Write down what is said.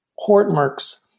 hortonworks,